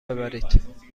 ببرید